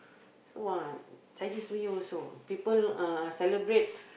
!wah! Chinese New Year also people uh celebrate